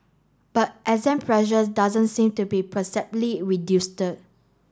but exam pressure doesn't seem to be reduce